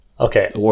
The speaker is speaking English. Okay